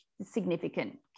significant